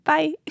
Bye